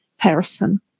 person